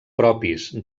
propis